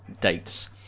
dates